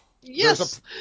Yes